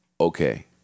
okay